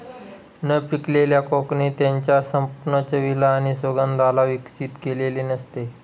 न पिकलेल्या कोकणे त्याच्या संपूर्ण चवीला आणि सुगंधाला विकसित केलेले नसते